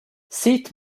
sieht